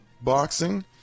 boxing